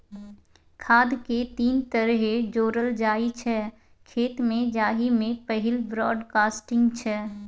खाद केँ तीन तरहे जोरल जाइ छै खेत मे जाहि मे पहिल ब्राँडकास्टिंग छै